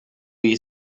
you